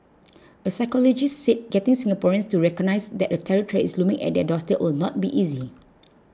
a psychologist said getting Singaporeans to recognise that a terror threat is looming at their doorstep will not be easy